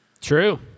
True